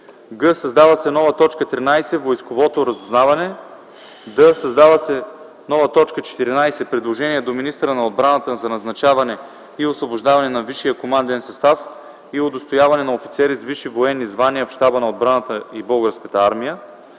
г) създава се нова т. 13: „Войсковото разузнаване”. д) създава се нова т. 14: „Предложения до министъра на отбраната за назначаване и освобождаване на висшия команден състав и удостояване на офицери с висши военни звания в Щаба на отбраната и Българската армия